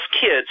kids